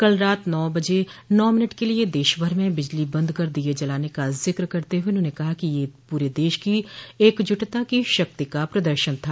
कल रात नौ बजे नौ मिनट के लिए देशभर में बिजली बंद कर दीय जलाने का जिक्र करते हुए उन्होंने कहा कि यह पूरे देश की एकजुटता की शक्ति का प्रदर्शन था